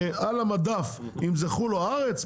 על המדף אם זה תוצרת חו"ל או תוצרת הארץ.